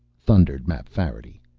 thundered mapfarity.